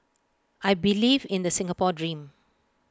I believe in the Singapore dream